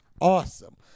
awesome